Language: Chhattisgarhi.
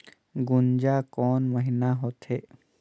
गुनजा कोन महीना होथे?